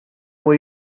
will